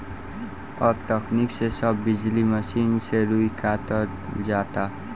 अब तकनीक से सब बिजली मसीन से रुई कातल जाता